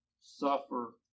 suffer